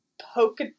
poke